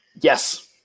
Yes